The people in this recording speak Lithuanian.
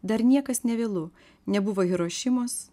dar niekas nevėlu nebuvo hirošimos